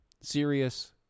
serious